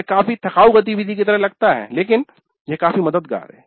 यह काफी थकाऊ गतिविधि की तरह लगता है लेकिन यह काफी मददगार है